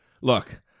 Look